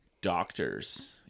doctors